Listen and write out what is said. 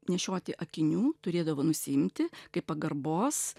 nešioti akinių turėdavo nusiimti kaip pagarbos